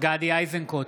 גדי איזנקוט,